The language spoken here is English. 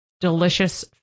delicious